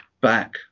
back